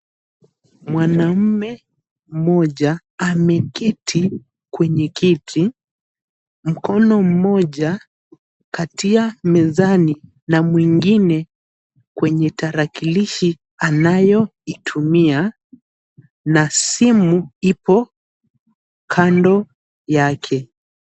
Mwanaume mmoja ameketi kwenye kiti, mkono mmoja katia mezani na mwingine kwenye tarakilishi anayoitumia na simu ipo kando yake.